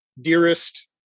dearest